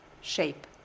shape